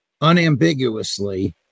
unambiguously